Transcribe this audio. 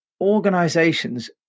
organizations